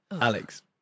Alex